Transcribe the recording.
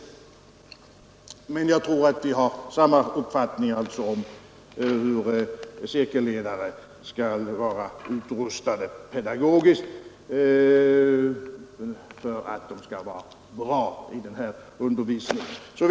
Jag tror alltså att inrikesministern och jag har samma uppfattning om hur cirkelledare skall vara utrustade för att kunna sköta den här undervisningen bra.